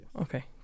okay